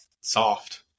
soft